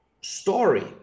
story